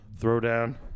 throwdown